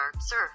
sir